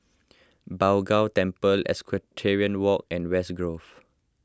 Bao Gong Temple Equestrian Walk and West Grove